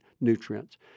nutrients